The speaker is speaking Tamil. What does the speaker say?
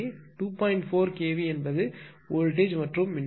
4 kV என்பது வோல்டேஜ் மற்றும் மின்னோட்டம் 200 ஆம்பியர்